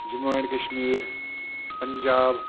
Jammu and Kashmir Punjab